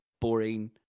boring